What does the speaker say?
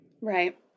Right